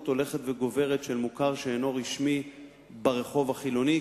הולכת וגוברת של מוכר שאינו רשמי ברחוב החילוני,